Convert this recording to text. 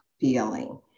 feeling